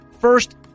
first